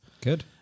Good